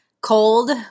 cold